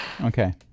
Okay